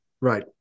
right